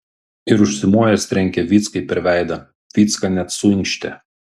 ir užsimojęs trenkė vyckai per veidą vycka net suinkštė